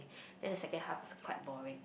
then the second half was quite boring